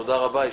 תודה רבה.